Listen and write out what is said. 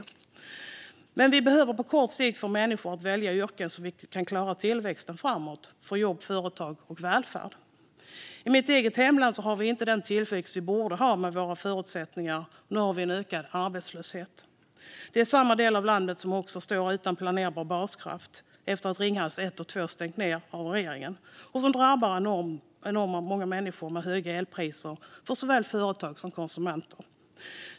Men för jobbens, företagens och välfärdens skull behöver vi på kort sikt få människor att välja yrken som gör att vi kan klara tillväxten. I mitt eget hemlän har vi inte den tillväxt vi borde ha med våra förutsättningar, och nu har vi en ökad arbetslöshet. Samma del av landet står utan planerbar baskraft efter att Ringhals 1 och 2 stängts ned av regeringen, vilket drabbat enormt många människor genom höga elpriser för såväl företag som konsumenter.